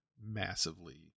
massively